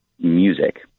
music